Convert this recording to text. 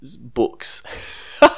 books